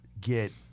get